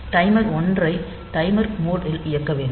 timer 1 ஐ timer mode ல் இயக்க வேண்டும்